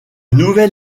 nouvel